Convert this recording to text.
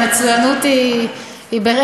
המצוינות היא,